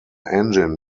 engine